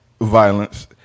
violence